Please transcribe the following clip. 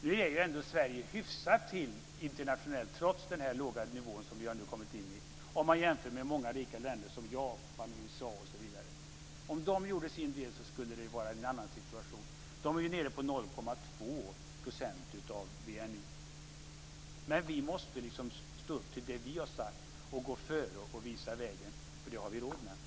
Nu ligger ändå Sverige hyfsat till internationellt, trots den låga nivå som vi nu kommit in på, jämfört med många rika länder som Japan, USA osv. Om de gjorde sin del skulle det vara en annan situation. De är nere på 0,2 % av BNI. Men vi måste stå vid det vi har sagt, gå före och visa vägen, för det har vi råd med.